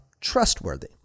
trustworthy